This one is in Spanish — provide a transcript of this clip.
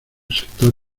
sector